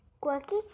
quirky